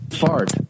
fart